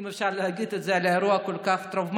אם אפשר להגיד את זה על אירוע כל כך טראומטי.